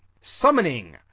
Summoning